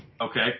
Okay